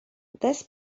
this